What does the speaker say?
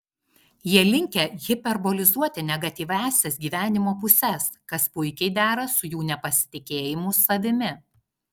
jie linkę hiperbolizuoti negatyviąsias gyvenimo puses kas puikiai dera su jų nepasitikėjimu savimi